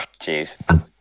Jeez